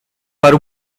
para